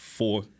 Four